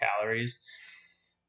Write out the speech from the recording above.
calories